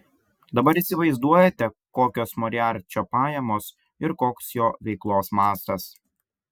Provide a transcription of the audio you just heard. dabar įsivaizduojate kokios moriarčio pajamos ir koks jo veiklos mastas